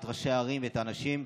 את ראשי הערים ואת האנשים,